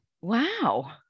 Wow